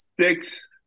Six